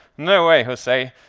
no way, jose,